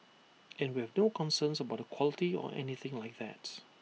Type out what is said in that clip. and we have no concerns about quality or anything like that's